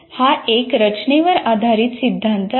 हा एक रचनेवर आधारित सिद्धांत आहे